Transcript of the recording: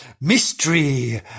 mystery